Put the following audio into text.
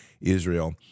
Israel